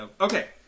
Okay